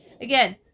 again